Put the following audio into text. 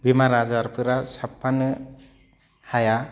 बेमार आजारफोरा साबफानो हाया